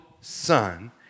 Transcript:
son